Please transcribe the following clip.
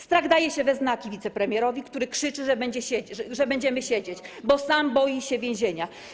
Strach daje się we znaki wicepremierowi, który krzyczy, że będziemy siedzieć, bo sam boi się więzienia.